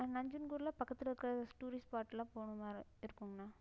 நஞ்சன்கூடில் பக்கத்தில் இருக்கிற டூரிஸ்ட் ஸ்பாட்டில் போகணும் மாதிரி இருக்குங்ண்ணா